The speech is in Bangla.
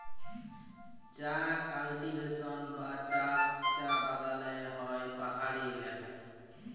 চাঁ কাল্টিভেশল বা চাষ চাঁ বাগালে হ্যয় পাহাড়ি ইলাকায়